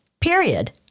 period